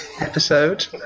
episode